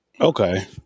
Okay